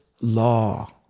law